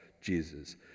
Jesus